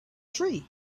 tree